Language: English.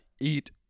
eat